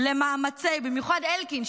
במיוחד אלקין,